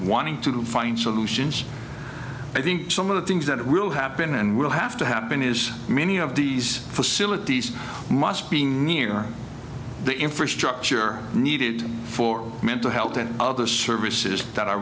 wanting to find solutions i think some of the things that will happen and will have to happen is many of these facilities must be near the infrastructure needed for mental health and other services that are